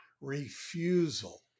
refusal